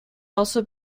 also